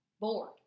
bored